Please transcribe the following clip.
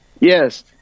yes